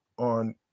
on